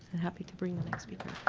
happy to bring the next speaker.